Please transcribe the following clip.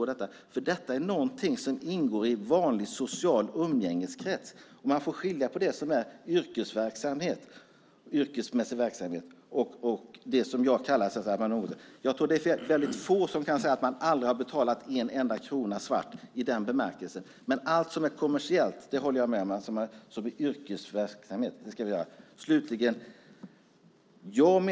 Det är någonting som ingår i en vanlig social umgängeskrets. Man får skilja på det som är yrkesmässig verksamhet och det som jag kallar väntjänst. Jag tror att det är väldigt få som kan säga att de aldrig har betalat en enda krona svart i den bemärkelsen. Men allt som är kommersiell yrkesverksamhet håller jag med om att man ska betala skatt för.